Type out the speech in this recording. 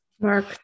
Mark